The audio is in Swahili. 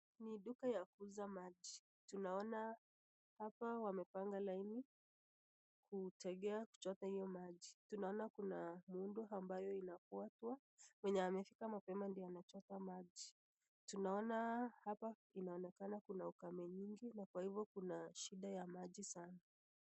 Ni duka ya kuuza maji tunaona hapa wamepanga laini kutegea kuchota hiyo maji. Tunaona kuna muundo ambayo inafuatwa mwenye amefika mapema ndiye anachota maji. Tunaona hapa inaonekana kuna ukame nyingi na kwa hivyo kuna shida ya maji sana.